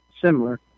similar